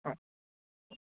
অঁ